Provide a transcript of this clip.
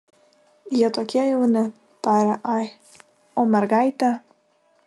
jie tokie jauni tarė ai o mergaitė